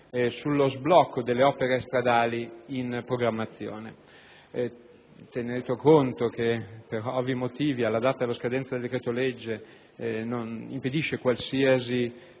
sullo sblocco delle opere stradali in programmazione. Tenuto conto che la data di scadenza del decreto-legge impedisce qualsiasi